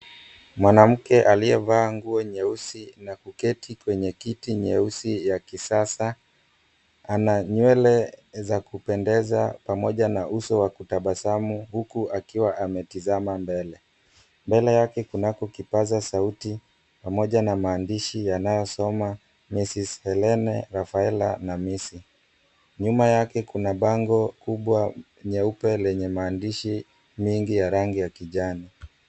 Mwanamke aliyevaa nguo nyeusi na kuketi kwenye kiti nyeusi ya kisasa, ana nywele za kupendeza pamoja na uso wa kutabasamu, huku akiwa ametazama mbele. Mbele yake kunako kipaasa sauti pamoja na maandishi yanayosoma, "Ms. Helena Rafaela Namisi." Nyuma yake kuna bango kubwa nyeupe lenye maandishi nyingi ya rangi ya kijani.